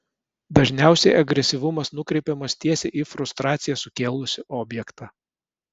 dažniausiai agresyvumas nukreipiamas tiesiai į frustraciją sukėlusį objektą